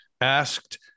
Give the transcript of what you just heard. asked